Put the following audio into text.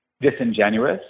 disingenuous